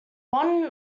one